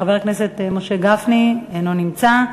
חבר הכנסת משה גפני אינו נמצא.